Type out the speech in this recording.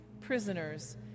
prisoners